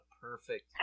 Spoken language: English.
perfect